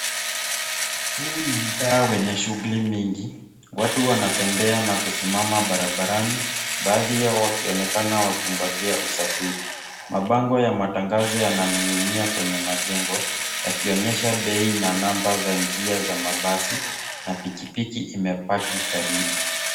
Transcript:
Huu ni mtaa wenye shughuli mingi watu wanatembea na kusimama barabarani baadhi yao wakionekana wakingojea usafiri. Mabango ya matangazo yananinginia kwenye majengo yakionyesha bei na namba za njia za mabasi na piki piki imepaki karibu.